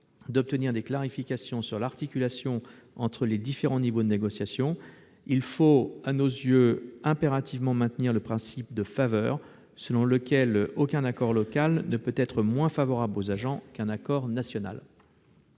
d'obtenir des clarifications sur l'articulation entre les différents niveaux de négociation. À nos yeux, il faut impérativement maintenir le principe de faveur, selon lequel aucun accord local ne peut être moins favorable aux agents qu'un accord national.